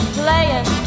playing